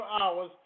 hours